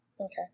okay